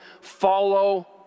follow